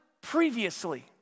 previously